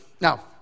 Now